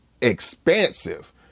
expansive